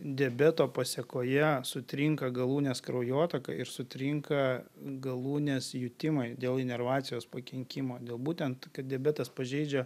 diabeto pasekoje sutrinka galūnės kraujotaka ir sutrinka galūnės jutimai dėl inervacijos pakenkimo dėl būtent kad diabetas pažeidžia